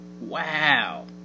Wow